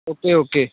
okay okay